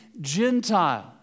Gentile